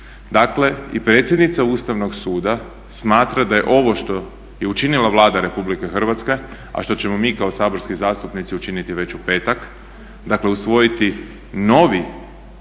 Dakle, i predsjednica Ustavnog suda smatra da je ovo što je učinila Vlada Republike Hrvatske a što ćemo mi kao saborski zastupnici učiniti već u petak, dakle usvojiti novi